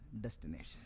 destination